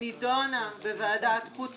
נידונה בוועדת החוץ